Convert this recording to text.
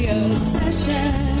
obsession